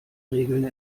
regeln